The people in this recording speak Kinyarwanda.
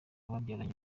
babyaranye